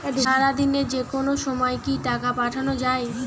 সারাদিনে যেকোনো সময় কি টাকা পাঠানো য়ায়?